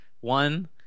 One